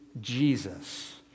Jesus